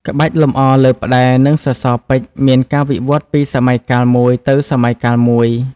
ក្បាច់លម្អលើផ្តែរ និងសសរពេជ្រមានការវិវត្តន៍ពីសម័យកាលមួយទៅសម័យកាលមួយ។